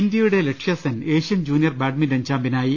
ഇന്തൃയുടെ Lakshya Sen Asian junior badminton ചാമ്പ്യനായി